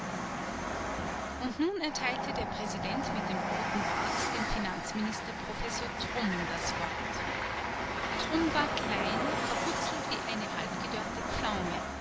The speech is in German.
und nun erteilte der präsident mit dem roten bart dem finanzminister professor trumm das wort trumm war klein verhuzelt wie eine halbgedörrte pflaume